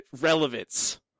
relevance